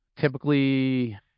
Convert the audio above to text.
Typically